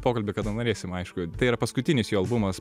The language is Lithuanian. pokalbį kada norėsim aišku tai yra paskutinis jo albumas